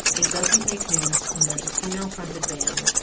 it doesn't make news when there's a female-fronted band,